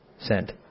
sent